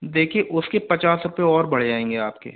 देखिए उसके पचास रुपये और बढ़ जाएंगे आपके